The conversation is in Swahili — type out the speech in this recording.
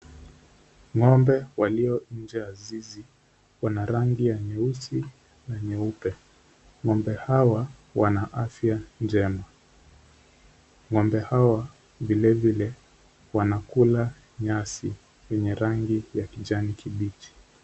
Ng'ombe walio nje ya zizi wana rangi ya nyeusi na nyeupe. Ng'ombe hawa wana afya njema. Ng'ombe hawa vilevile wanakula nyasi yenye rangi ya kijani kibichi.